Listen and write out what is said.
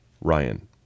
Ryan